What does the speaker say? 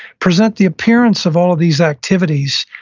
present the appearance of all these activities,